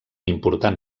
important